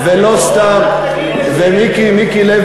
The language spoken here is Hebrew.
אף אחד לא השכיל, נא לסיים.